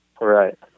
Right